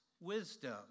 wisdom